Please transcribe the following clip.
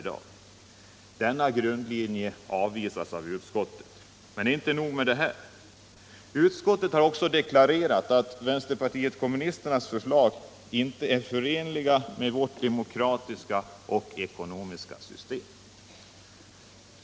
Denna grundlinje avvisas av utskottet. Men inte nog med detta. Utskottet har deklarerat att vänsterpartiet kommunisternas förslag inte är förenliga med vårt demokratiska och ekonomiska system.